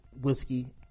whiskey